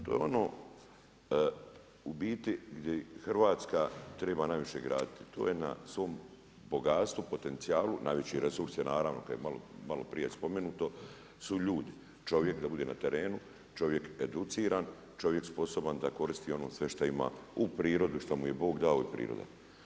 To je ono gdje Hrvatska treba najviše graditi, to je na svom bogatstvu potencijalu najveći resursi koje je malo prije spomenuto su ljudi, čovjek da bude na terenu, čovjek educiran, čovjek sposoban da koristi sve ono što ima u prirodi što mu je Bog dao i priroda.